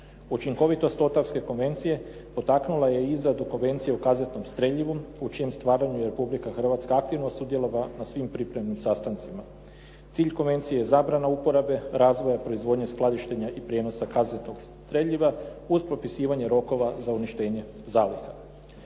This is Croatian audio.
Učinkovitost ottawske konvencije potaknula je izradu Konvencije o kazetnom streljivu u čijem stvaranju je Republika Hrvatska aktivno sudjelovala na svim pripremnim sastancima. Cilj konvencije je zabrana uporabe, razvoja proizvodnje, skladištenja i prijenosa kazetnog streljiva uz propisivanje rokova za uništenje zaliha.